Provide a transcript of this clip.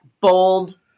bold